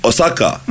Osaka